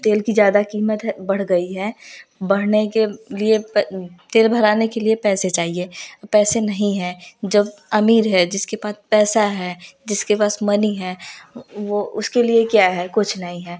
तेल की ज़्यादा कीमत है बढ़ गई है बढ़ने के लिए तेल भराने के लिए पैसे चाहिए पैसे नहीं हैं जो अमीर है जिसके पास पैसा है जिसके पास मनी है वो उसके लिए क्या है कुछ नहीं है